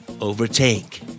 Overtake